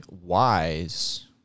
wise